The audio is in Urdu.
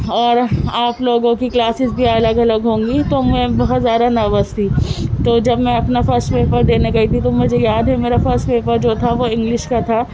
اور آپ لوگوں کی کلاسز بھی الگ الگ ہوں گی تو میں بہت زیادہ نروس تھی تو جب میں اپنا فرسٹ پیپر دینے گئی تھی تو مجھے یاد ہے میرا فرسٹ پیپر جو تھا وہ انگلش کا تھا